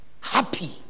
happy